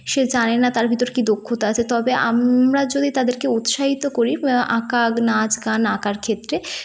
সে জানে না তার ভিতর কী দক্ষতা আছে তবে আমরা যদি তাদেরকে উৎসাহিত করি আঁকা নাচ গান আঁকার ক্ষেত্রে